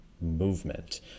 movement